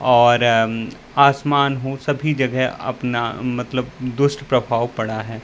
और आसमान हूँ सभी जगह अपना मतलब दुष्ट प्रभाव पड़ा है